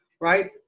Right